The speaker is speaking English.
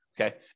Okay